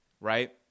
right